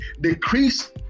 decrease